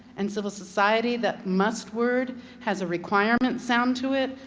and so the society, that must word has a requirement sound to it.